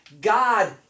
God